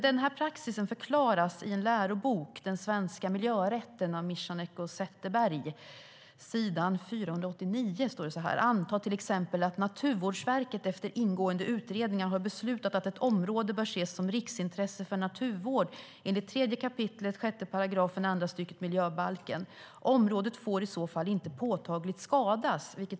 Denna praxis förklaras i läroboken Den svenska miljörätten av Michanek och Zetterberg. På sidan 489 står det: "Anta t.ex. att Naturvårdsverket efter ingående utredningar har beslutat att ett område bör ses som riksintresse för naturvård enligt 3 kap. 6 § andra stycket miljöbalken. Området får i så fall inte 'påtagligt skadas' .